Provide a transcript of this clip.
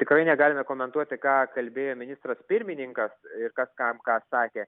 tikrai negalime komentuoti ką kalbėjo ministras pirmininkas ir kas kam ką sakė